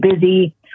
busy